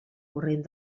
corrent